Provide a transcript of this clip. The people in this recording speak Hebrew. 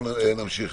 אנחנו נמשיך.